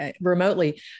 remotely